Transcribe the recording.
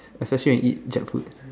especially when you eat Jackfruit